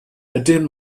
ydyn